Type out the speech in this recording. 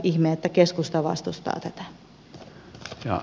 ihme että keskusta vastustaa tätä